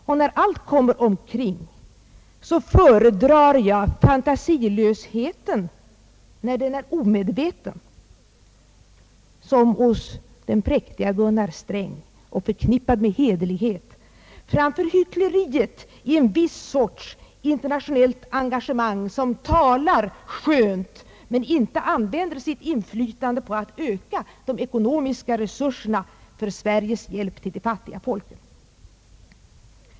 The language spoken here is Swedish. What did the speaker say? Och när allt kommer omkring föredrar jag fantasilösheten när den är omedveten och förknippad med hederlighet — som hos den präktige Gunnar Sträng — framför hyckleriet i en viss sorts internationellt engagemang, som talar skönt men inte använder sitt inflytande till att öka de ekonomiska resurserna för Sveriges hjälp till de fattiga folken.